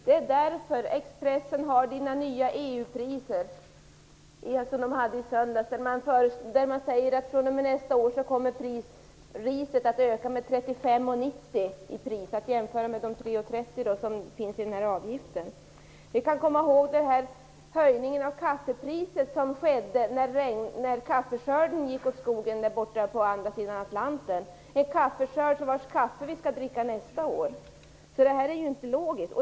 Det är därför det framgår av Expressens artikel "Dina nya EU-priser" från i söndags att priset på ris kommer att öka med 35:90 nästa år, att jämföra med avgiften 3:30. Vi kan erinra oss höjningen av kaffepriset när kaffeskörden gick "åt skogen" på andra sidan Atlanten. Det är en kaffeskörd vars kaffe vi skall dricka nästa år. Detta är inte logiskt.